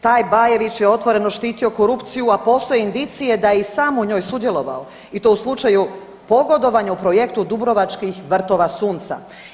Taj Bajević je otvoreno štitio korupciju, a postoje indicije da je i sam u njoj sudjelovao i to u slučaju pogodovanja u projektu dubrovačkih Vrtova sunca.